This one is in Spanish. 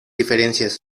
diferencias